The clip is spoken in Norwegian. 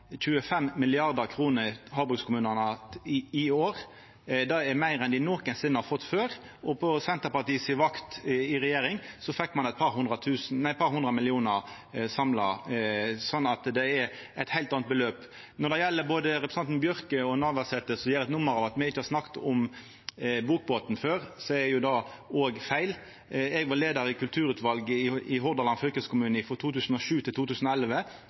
i år. Det er meir enn dei nokosinne har fått før. På Senterpartiet si vakt i regjering fekk ein eit par hundre millionar samla. Så det er eit heilt anna beløp. Når det gjeld representantane Bjørke og Navarsete, som gjer eit nummer av at me ikkje har snakka om bokbåten før, er jo det òg feil. Eg var leiar av kulturutvalet i Hordaland fylkeskommune frå 2007 til 2011,